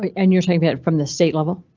and you're saying that from the state level,